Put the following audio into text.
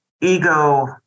ego